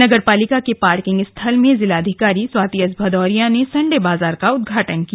नगर पालिका के पार्किंग स्थल में जिलाधिकारी स्वाती एस भदौरिया ने संडे बाजार का उद्घाटन किया